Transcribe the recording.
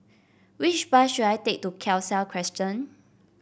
which bus should I take to Khalsa Crescent